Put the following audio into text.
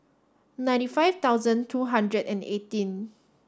ninety five thousand two hundred and eighteen